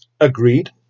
Agreed